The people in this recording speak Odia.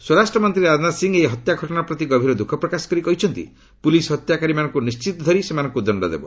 ସ୍ୱରାଷ୍ଟ୍ରମନ୍ତ୍ରୀ ରାଜନାଥ ସିଂହ ଏହି ହତ୍ୟା ଘଟଣା ପ୍ରତି ଗଭୀର ଦୁଃଖ ପ୍ରକାଶ କରି କହିଛନ୍ତି ପୁଲିସ୍ ହତ୍ୟାକାରୀମାନଙ୍କୁ ନିଶ୍ଚିତ ଧରି ସେମାନଙ୍କୁ ଦଶ୍ଚ ଦେବ